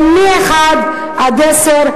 מ-1 עד 10,